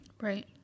Right